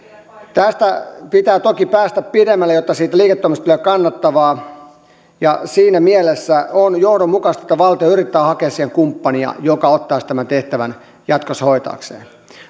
tästä pitää toki päästä pidemmälle jotta siitä liiketoiminnasta tulee kannattavaa ja siinä mielessä on johdonmukaista että valtio yrittää hakea siihen kumppania joka ottaisi tämän tehtävän jatkossa hoitaakseen